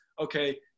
okay